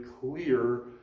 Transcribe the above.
clear